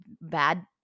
bad